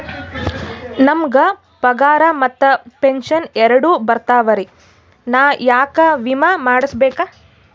ನಮ್ ಗ ಪಗಾರ ಮತ್ತ ಪೆಂಶನ್ ಎರಡೂ ಬರ್ತಾವರಿ, ನಾ ಯಾಕ ವಿಮಾ ಮಾಡಸ್ಬೇಕ?